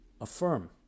affirm